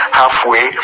halfway